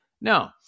No